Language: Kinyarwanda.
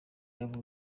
yavutse